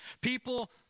People